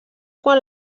quan